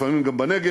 לפעמים גם בנגב,